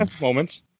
Moments